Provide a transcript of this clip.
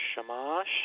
Shamash